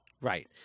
Right